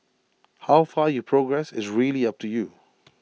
how far you progress is really up to you